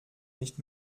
nicht